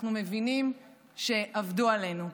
אנחנו מבינים שעבדו עלינו.